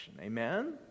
Amen